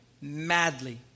madly